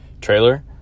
trailer